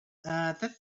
that